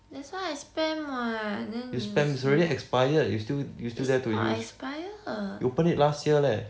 that's why I spam what then you say~ it's not expired